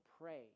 pray